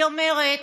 היא אומרת: